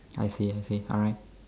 I see I see alright